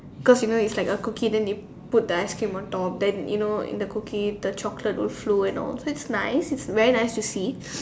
cause you know it's like a cookie then they put the ice cream on top then you know in the cookie the chocolate will flow and all so that's nice it's very nice to see